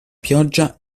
pioggia